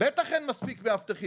בטח שאין מספיק מאבטחים,